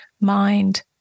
mind